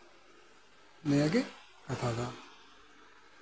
ᱱᱤᱭᱟᱹᱜᱮ ᱠᱟᱛᱷᱟ ᱫᱚ